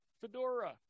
Fedora